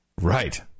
Right